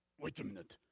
wait a minute,